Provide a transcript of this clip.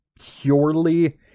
purely